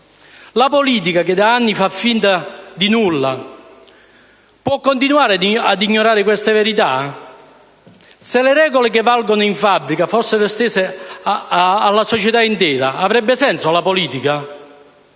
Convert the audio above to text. La politica, che da anni fa finta di nulla, può continuare ad ignorare queste verità? Se le regole che valgono in fabbrica fossero estese alla società intera, avrebbe senso la politica?